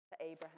Abraham